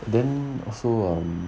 then also um